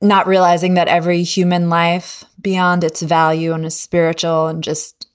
not realizing that every human life beyond its value on a spiritual and just